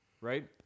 right